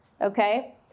Okay